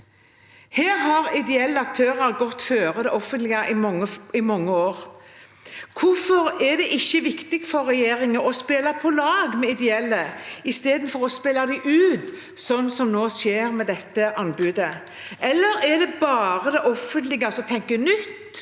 Her har ideelle aktører gått foran det offentlige i mange år. Hvorfor er det ikke viktig for regjeringen å spille på lag med ideelle istedenfor å spille dem ut, som nå skjer med dette anbudet, eller er det bare det offentlige som tenker nytt